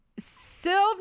sylv